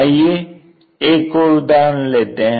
आइए एक और उदाहरण लेते हैं